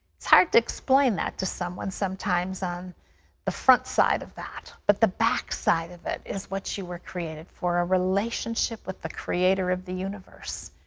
it's hard to explain that to someone sometimes on the front side of that. but the back side of it is what you were created for, a relationship with the creator of the universe,